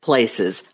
Places